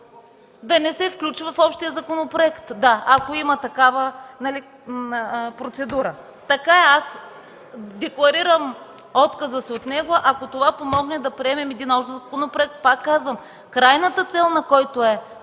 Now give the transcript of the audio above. Да не се включва в общия законопроект – да, ако има такава процедура. Така аз декларирам отказа си от него, ако това помогне да приемем един общ законопроект. Пак казвам, крайната цел на който е